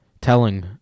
telling